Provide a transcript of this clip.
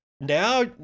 now